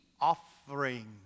offering